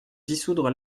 dissoudre